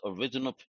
Original